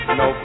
no